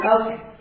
Okay